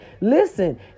Listen